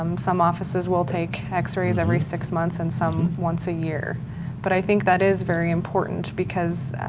um some offices will take x-rays every six months and some once a year but i think that is very important because,